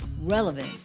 relevant